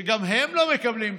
שגם הם לא מקבלים תקציב,